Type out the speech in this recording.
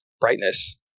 brightness